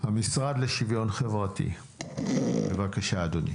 המשרד לשוויון חברתי, בבקשה, אדוני.